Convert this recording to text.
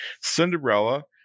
Cinderella